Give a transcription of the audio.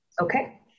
Okay